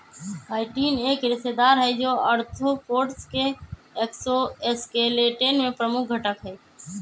chitin एक रेशेदार हई, जो आर्थ्रोपोड्स के एक्सोस्केलेटन में प्रमुख घटक हई